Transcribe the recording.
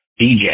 DJ